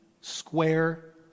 square